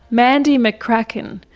mandy mccracken,